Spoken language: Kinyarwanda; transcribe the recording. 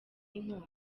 inkunga